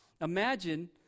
Imagine